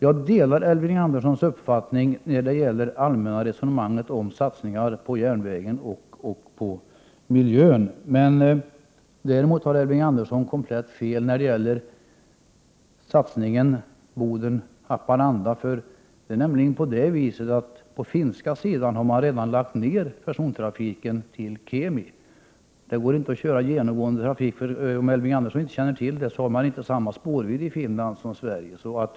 Jag delar Elving Anderssons uppfattning när det gäller det allmänna resonemanget om satsningar på järnvägen och på miljön. Däremot har Elving Andersson komplett fel i fråga om satsningen på sträckan Boden Haparanda. På finska sidan har man nämligen redan lagt ner persontrafiken till Kemi. Det går inte att köra genomgående trafik. Om Elving Andersson inte känner till det kan jag tala om att man inte har samma spårvidd i Finland som vi har i Sverige.